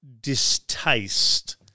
distaste